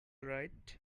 right